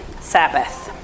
Sabbath